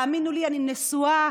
תאמינו לי, אני נשואה